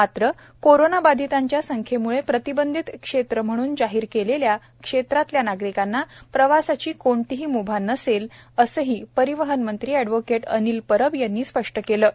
मात्र कोरोनाबाधितांच्या संख्येम्ळे प्रतिबंधित क्षेत्र म्हणून जाहीर केलेल्या क्षेत्रातल्या नागरिकांना प्रवासाची कोणतीही म्भा नसेल असंही परिवहनमंत्री अॅडव्होकेट अनिल परब यांनी स्पष्ट केलं आहे